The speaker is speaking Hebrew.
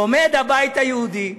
ועומד הבית היהודי מהצד,